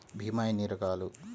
భీమ ఎన్ని రకాలు?